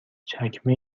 چکمه